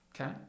Okay